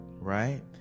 right